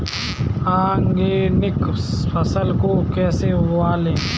Organic फसल को कैसे उगाएँ?